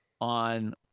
on